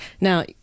Now